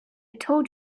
told